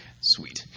Sweet